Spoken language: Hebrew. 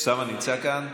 אוסאמה נמצא כאן?